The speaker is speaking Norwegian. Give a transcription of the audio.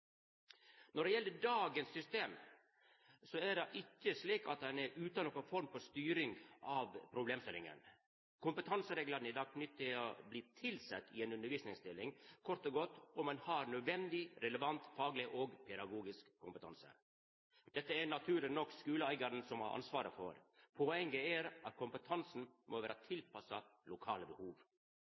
Når det gjeld dagens system, er det ikkje slik at ein er utan noka form for styring av problemstillinga. Kompetansereglane er i dag knytte til å verta tilsett i ei undervisningsstilling – kort og godt om ein har nødvendig relevant, fagleg og pedagogisk kompetanse. Dette er det naturleg nok skuleeigaren som har ansvaret for. Poenget er at kompetansen må vera tilpassa lokale behov.